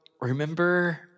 remember